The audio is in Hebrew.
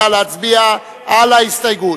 נא להצביע על ההסתייגות.